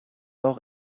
auch